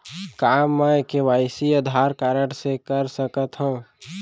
का मैं KYC Aadhaar card से कर सकत हो?